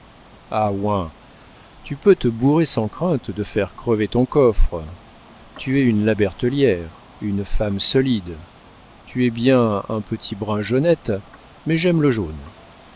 bourrer sans crainte de faire crever ton coffre tu es une la bertellière une femme solide tu es bien un petit brin jaunette mais j'aime le jaune